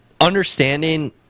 understanding